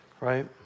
right